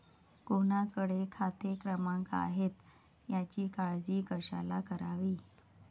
कोणाकडे खाते क्रमांक आहेत याची काळजी कशाला करावी